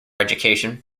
education